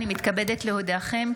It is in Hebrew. אני מתכבדת להודיעכם,